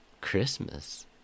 Christmas